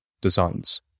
designs